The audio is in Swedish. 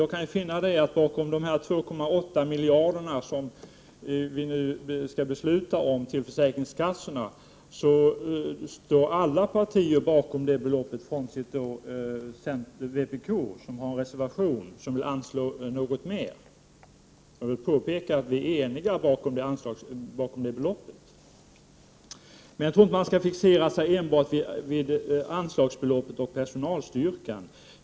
Jag vill påpeka att alla partier står bakom yrkandet om 2,8 miljarder kronor till försäkringskassorna, bortsett från vpk, som i en reservation föreslår något mer. Man kan inte enbart se till anslagsbeloppet och till personalstyrkan.